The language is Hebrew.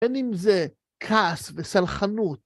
בין אם זה כעס וסלחנות.